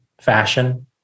fashion